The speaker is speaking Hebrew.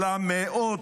אלא מאות,